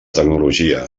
tecnologia